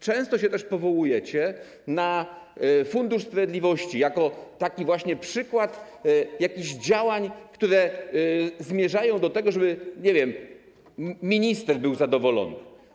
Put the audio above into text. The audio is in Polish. Często się też powołujecie na Fundusz Sprawiedliwości właśnie jako taki przykład działań, które zmierzają do tego, żeby - nie wiem - minister był zadowolony.